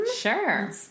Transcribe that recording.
Sure